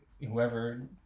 whoever